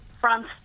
France